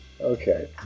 Okay